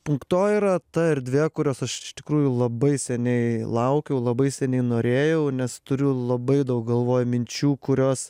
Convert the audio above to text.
punkto yra ta erdvė kurios aš iš tikrųjų labai seniai laukiau labai seniai norėjau nes turiu labai daug galvoj minčių kurios